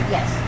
Yes